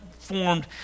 formed